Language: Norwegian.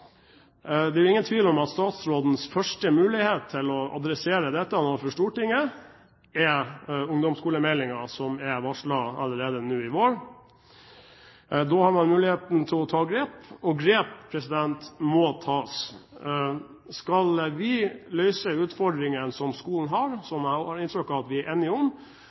Det er ingen tvil om at statsrådens første mulighet til å adressere dette overfor Stortinget er ungdomsskolemeldingen, som er varslet allerede nå i vår. Da har man muligheten til å ta grep, og grep må tas. Skal vi løse utfordringene som skolen har, som jeg har inntrykk av at vi er enige om,